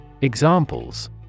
Examples